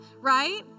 right